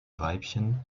weibchen